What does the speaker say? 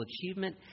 achievement